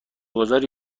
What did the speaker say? گذاری